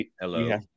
hello